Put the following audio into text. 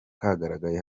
kagaragaye